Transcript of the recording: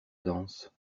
dense